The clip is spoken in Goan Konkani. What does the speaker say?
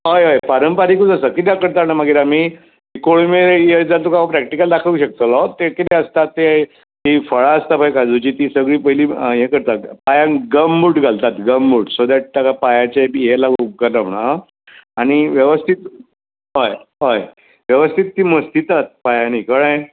हय हय पारंपारीकूच आसा कित्याक करतात जाणां मागीर आमी कोळंबेर तूं येयत जाल्यार तुका हांव प्रॅकटली दाखोवंक शकतलों तें कितें आसतात ते तीं फळां आसात पळय काजूचीं तीं सगळीं पयलीं हें करतात पांयांक गमभूट घालतात गमभूट सो डॅट ताका पांयांचें बी ये लागूंक उपकारना म्हूणन आं आनी वेवस्थीत हय हय वेवस्थीत ती मस्तितात पांयांनी कळ्ळें